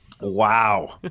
Wow